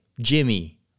Jimmy